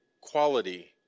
quality